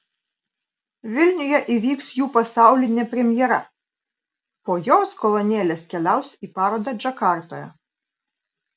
vilniuje įvyks jų pasaulinė premjera po jos kolonėlės keliaus į parodą džakartoje